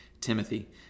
Timothy